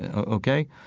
ah ok?